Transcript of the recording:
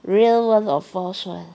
real [one] or false [one]